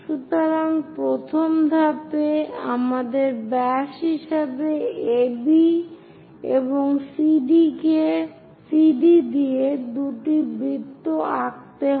সুতরাং প্রথম ধাপে আমাদের ব্যাস হিসাবে AB এবং CD দিয়ে দুটি বৃত্ত আঁকতে হবে